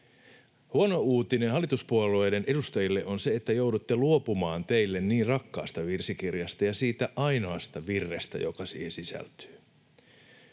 Huono uutinen hallituspuolueiden edustajille on se, että joudutte luopumaan teille niin rakkaasta virsikirjasta ja siitä ainoasta virrestä, joka siihen sisältyy.